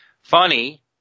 Funny